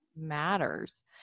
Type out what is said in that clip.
matters